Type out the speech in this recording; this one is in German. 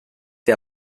der